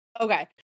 Okay